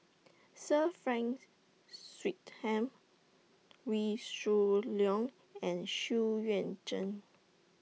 Sir Frank Swettenham Wee Shoo Leong and Xu Yuan Zhen